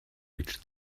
reach